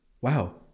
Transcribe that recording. Wow